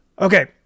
okay